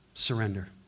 Surrender